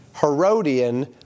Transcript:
Herodian